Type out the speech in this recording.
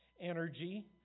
energy